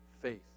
faith